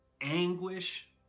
anguish